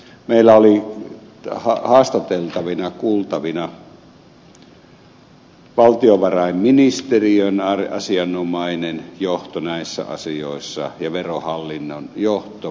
meillä olivat kuultavina valtiovarainministeriön asianomainen johto näissä asioissa ja verohallinnon johto pääjohtajan johdolla